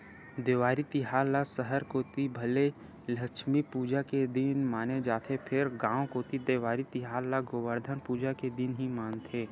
देवारी तिहार ल सहर कोती भले लक्छमी पूजा के दिन माने जाथे फेर गांव कोती देवारी तिहार ल गोबरधन पूजा के दिन ही मानथे